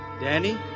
Danny